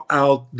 out